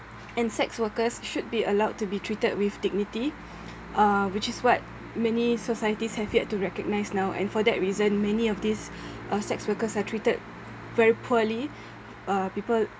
and sex workers should be allowed to be treated with dignity uh which is what many societies have yet to recognise now and for that reason many of these uh sex workers are treated very poorly uh people